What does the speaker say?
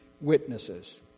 witnesses